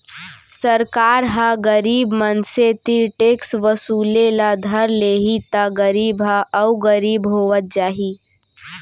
सरकार ह गरीब मनसे तीर टेक्स वसूले ल धर लेहि त गरीब ह अउ गरीब होवत जाही